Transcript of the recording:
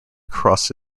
crossed